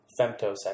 Femtosecond